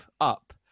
up